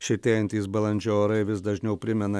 šiltėjantys balandžio orai vis dažniau primena